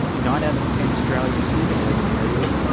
nine out of ten australians live in urban areas,